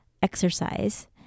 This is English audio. exercise